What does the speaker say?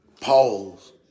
Pause